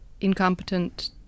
incompetent